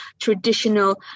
traditional